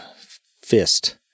fist